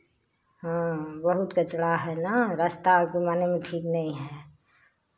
हाँ बहुत कचड़ा है ना रास्ता के माने में ठीक नहीं है